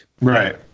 Right